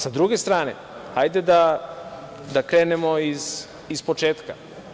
S druge strane, hajde da krenemo ispočetka.